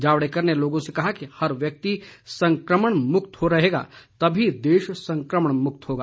जावडेकर ने लोगों से कहा कि हर व्यक्ति संक्रमण मुक्त रहेगा तभी देश संक्रमण मुक्त होगा